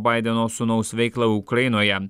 baideno sūnaus veiklą ukrainoje